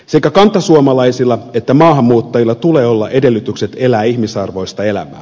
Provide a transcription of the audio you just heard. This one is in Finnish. sekä kantasuomalaisilla että maahanmuuttajilla tulee olla edellytykset elää ihmisarvoista elämää